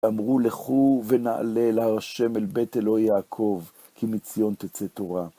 אמרו לכו ונעלה אל הר ה' אל בית אלוהי יעקב, כי מציון תצא תורה.